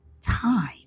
time